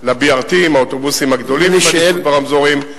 על BRT עם האוטובוסים הגדולים והטיפול ברמזורים וכל מה שיתחיל לעבוד.